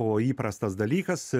buvo įprastas dalykas